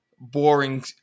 boring